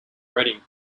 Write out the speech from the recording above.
reading